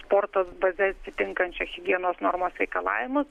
sporto baze atitinkančia higienos normos reikalavimus